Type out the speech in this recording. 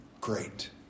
great